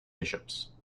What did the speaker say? bishops